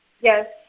Yes